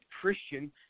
Christian